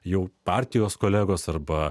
jau partijos kolegos arba